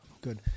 good